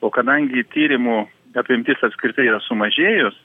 o kadangi tyrimų apimtis apskritai yra sumažėjus